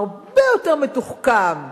הרבה יותר מתוחכם,